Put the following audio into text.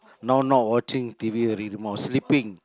now not watching t_v anymore sleeping